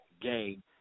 game